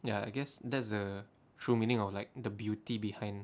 ya I guess that's the true meaning of like the beauty behind